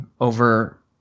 over